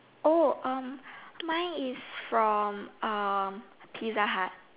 mine is from Pizza-Hut